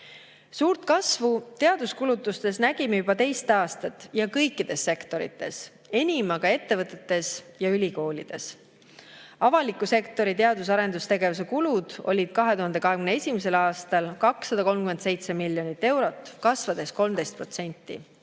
Suurt kasvu teaduskulutustes nägime juba teist aastat, ja seda kõikides sektorites, enim aga ettevõtetes ja ülikoolides. Avaliku sektori teadus- ja arendustegevuse kulud olid 2021. aastal 237 miljonit eurot, kasvades 13%.